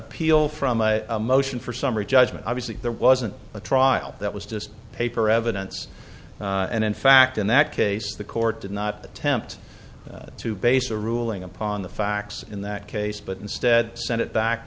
appeal from a motion for summary judgment obviously there wasn't a trial that was just paper evidence and in fact in that case the court did not attempt to base a ruling upon the facts in that case but instead send it back